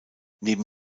neben